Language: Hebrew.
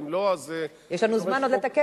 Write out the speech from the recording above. אם לא, אז זה דורש חוק, יש לנו זמן עוד לתקן.